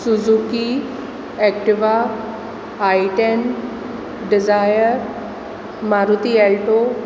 Suzuki Activa I ten Dzire Maruti alto